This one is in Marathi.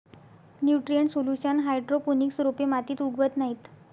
न्यूट्रिएंट सोल्युशन हायड्रोपोनिक्स रोपे मातीत उगवत नाहीत